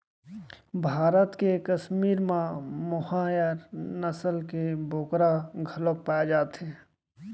भारत के कस्मीर म मोहायर नसल के बोकरा घलोक पाए जाथे